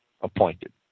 appointed